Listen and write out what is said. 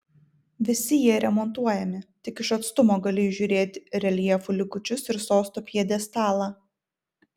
visi jie remontuojami tik iš atstumo gali įžiūrėti reljefų likučius ir sosto pjedestalą